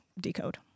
decode